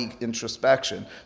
introspection